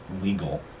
legal